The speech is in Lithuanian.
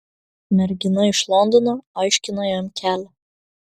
mergina iš londono aiškina jam kelią